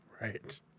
Right